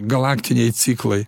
galaktiniai ciklai